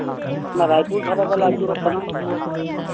ᱚᱱᱟ ᱨᱟᱭᱯᱩᱨ ᱫᱷᱟᱨᱮ ᱛᱮᱞᱮ ᱟᱹᱪᱩᱨᱚᱜ ᱠᱟᱱᱟ